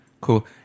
Cool